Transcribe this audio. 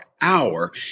hour